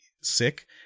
sick